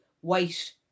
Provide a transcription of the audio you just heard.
white